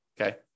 okay